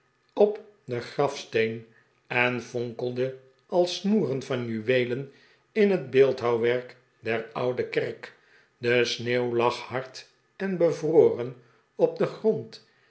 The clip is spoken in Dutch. op den grafsteen en fonkelde als snoeren van juweelen in het beeldhouwwerk der oude kerk de sneeuw lag hard en bevroren op den grond